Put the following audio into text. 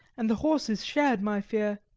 and the horses shared my fear.